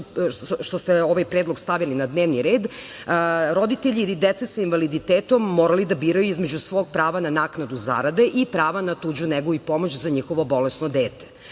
što ste ovaj predlog stavili na dnevni red, roditelji dece sa invaliditetom morali da biraju između svog prava na naknadu zarade i prava na tuđu negu i pomoć za njihovo bolesno dete.